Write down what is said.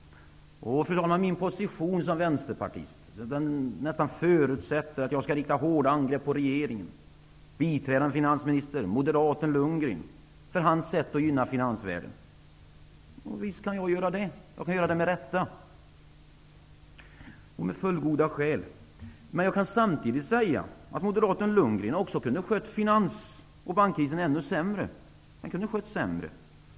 Fru talman! Min position som vänsterpartist förutsätter nästan att jag skall rikta hårda angrepp på regeringen och den biträdande finansministern, moderaten Lundgren, för hans sätt att gynna finansvärlden. Visst kan jag göra det, med rätta och med fullgoda skäl. Men jag kan samtidigt säga att moderaten Lundgren kunde ha skött finans och bankkrisen ännu sämre.